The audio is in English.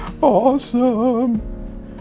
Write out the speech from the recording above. awesome